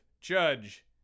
judge